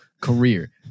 career